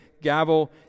gavel